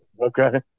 Okay